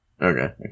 Okay